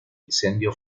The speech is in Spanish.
incendio